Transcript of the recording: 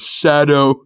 shadow